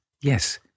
Yes